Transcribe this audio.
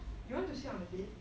you want to sit on the bed